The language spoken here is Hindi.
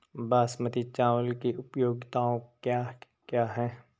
बासमती चावल की उपयोगिताओं क्या क्या हैं?